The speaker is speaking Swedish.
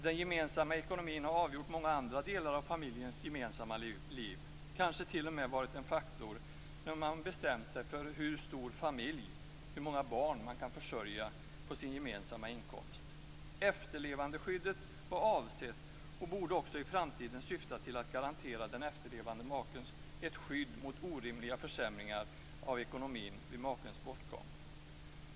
Den gemensamma ekonomin har avgjort många andra delar av familjens gemensamma liv, kanske t.o.m. varit en faktor när man har bestämt sig för hur stor familj, hur många barn, det går att försörja på den gemensamma inkomsten. Efterlevandeskyddet var avsett, och borde också i framtiden syfta till, att garantera den efterlevande maken ett skydd mot orimliga försämringar av ekonomin vid makens bortgång.